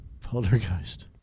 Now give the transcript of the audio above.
Poltergeist